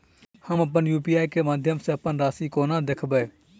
हम यु.पी.आई केँ माध्यम सँ अप्पन राशि कोना देखबै?